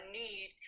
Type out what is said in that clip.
need